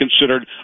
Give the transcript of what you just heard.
considered